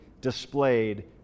displayed